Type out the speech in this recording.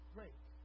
Great